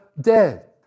dead